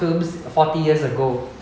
films forty years ago